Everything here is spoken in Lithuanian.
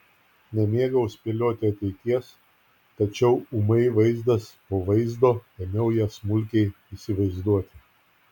nemėgau spėlioti ateities tačiau ūmai vaizdas po vaizdo ėmiau ją smulkiai įsivaizduoti